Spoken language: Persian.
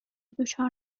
دچار